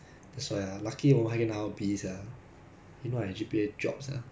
ya I don't understand 这种人 like don't put in their effort lor don't pull their weight